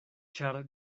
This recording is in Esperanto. ĉar